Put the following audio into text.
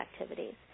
activities